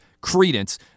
credence